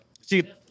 See